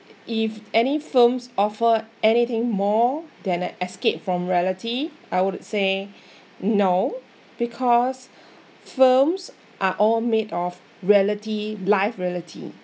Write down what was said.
if any films offer anything more than an escape from reality I would say no because films are all made of reality life reality